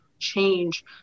change